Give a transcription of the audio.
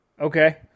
Okay